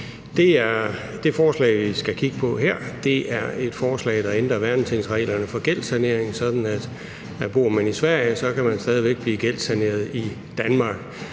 Det forslag, vi skal kigge på her, er et forslag, der ændrer værnetingsreglerne for gældssanering, sådan at bor man i Sverige, kan man stadig væk blive gældssaneret i Danmark.